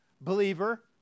believer